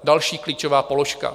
Další klíčové položka.